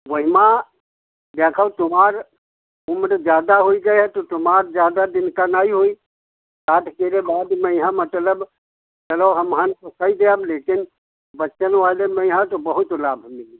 वही में देखो तुमार उम्र ज़्यादा हो गई तो तुमार ज़्यादा दिन का ना होई साठ के बाद यहाँ मतलब चलो हम तो कै देब लेकिन बच्चन बालन में है तो बहुत लाभ मिली